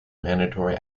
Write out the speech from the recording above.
mandatory